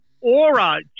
Aura